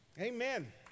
Amen